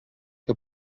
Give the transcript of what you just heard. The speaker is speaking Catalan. que